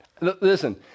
listen